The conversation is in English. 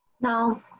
No